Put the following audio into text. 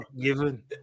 given